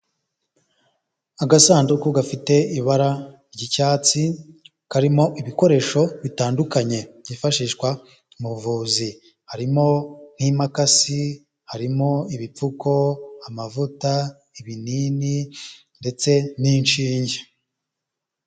Agasanduku gafite ibara ry'icyatsi karimo ibikoresho bitandukanye byifashishwa mu buvuzi harimo nk'imakasi, harimo ibipfuko, amavuta, ibinini ndetse n'inshinge.